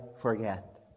forget